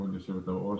כבוד יושבת-הראש,